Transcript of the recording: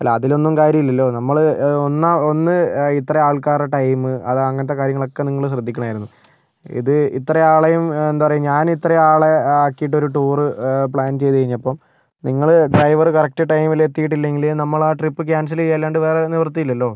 അല്ല അതിലൊന്നും കാര്യമില്ലല്ലോ നമ്മള് ഒന്ന് ഒന്ന് ഇത്ര ആള്ക്കാരുടെ ടൈമ് അത് അങ്ങനത്തെ കാര്യങ്ങളൊക്കെ നിങ്ങള് ശ്രദ്ധിക്കണം ആയിരുന്നു ഇത് ഇത്ര ആളെയും എന്താ പറയുക ഞാന് ഇത്ര ആളെ ആക്കിയിട്ടൊരു ടൂറ് പ്ലാന് ചെയ്ത് കഴിഞ്ഞപ്പം നിങ്ങളുടെ ഡ്രൈവര് കറക്റ്റ് ടൈമില് എത്തിയിട്ടില്ലെങ്കില് നമ്മളുടെ ആ ട്രിപ്പ് ക്യാന്സല് ചെയ്യുക അല്ലാണ്ട് വേറെ നിവൃത്തിയില്ലല്ലോ